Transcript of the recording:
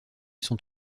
sont